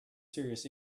serious